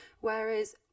whereas